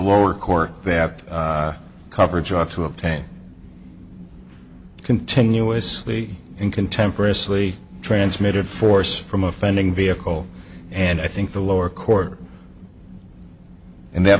lower court that coverage ought to obtain continuously in contemporaneously transmitted force from offending vehicle and i think the lower court and th